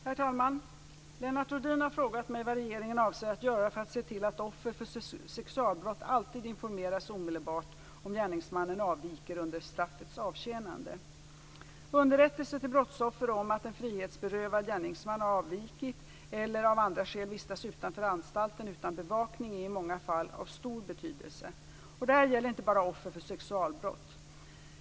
Herr talman! Lennart Rohdin har frågat mig vad regeringen avser att göra för att se till att offer för sexualbrott alltid informeras omedelbart om gärningsmannen avviker under straffets avtjänande. Underrättelser till brottsoffer om att en frihetsberövad gärningsman har avvikit eller av andra skäl vistas utanför anstalten utan bevakning är i många fall av stor betydelse. Detta gäller inte bara offer för sexualbrott.